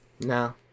No